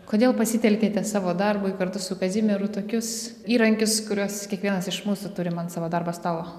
kodėl pasitelkėte savo darbui kartu su kazimieru tokius įrankius kuriuos kiekvienas iš mūsų turim ant savo darbo stalo